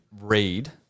read